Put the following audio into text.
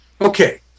Okay